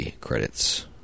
credits